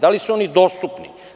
Da li su oni dostupni?